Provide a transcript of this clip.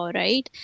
right